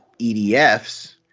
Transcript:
EDFs